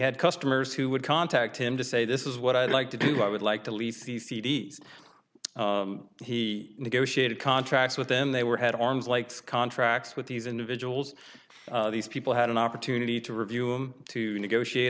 had customers who would contact him to say this is what i'd like to do i would like to lease these c d s he negotiated contracts with them they were had arms likes contracts with these individuals these people had an opportunity to review him to negotiate